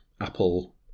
Apple